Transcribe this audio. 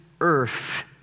earth